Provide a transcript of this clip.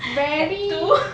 very